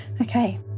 Okay